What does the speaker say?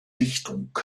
dichtung